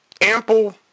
ample